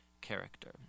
character